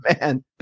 man